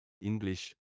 English